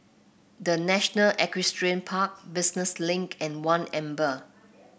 The National Equestrian Park Business Link and One Amber